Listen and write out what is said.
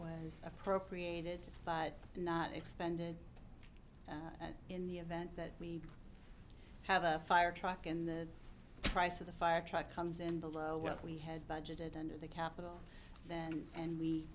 was appropriated but not expended in the event that we have a fire truck in the price of the fire truck comes in below what we had budgeted under the capitol then and